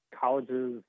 colleges